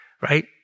right